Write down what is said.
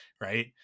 Right